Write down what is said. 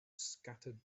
scattered